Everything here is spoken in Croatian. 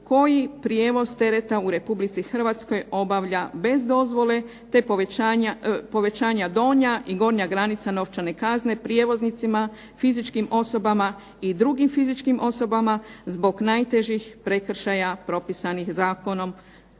koji prijevoz tereta u Republici Hrvatskoj obavlja bez dozvole, te povećanja donja i gornja novčane kazne prijevoznicima, fizičkim osobama i drugim fizičkim osobama zbog najtežih prekršaja propisanih zakonom u